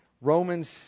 Romans